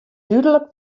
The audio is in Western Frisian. dúdlik